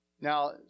Now